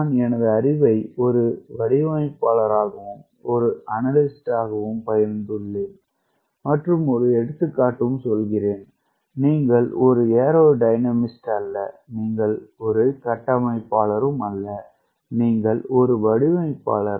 நான் எனது அறிவை ஒரு வடிவமைப்பாளராகவும் ஒரு அனலிஸ்ட்ஸ் ஆகவும் பகிர்ந்துள்ளேன் மற்றும் ஒரு எடுத்து காட்டும் சொல்கிறேன் நீங்கள் ஒரு ஏரோ டயனாமிஸ்ட் அல்ல நீங்கள் ஒரு கட்டமைப்பாளரும் அல்ல நீங்கள் ஒரு வடிவமைப்பாளர்